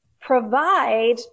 provide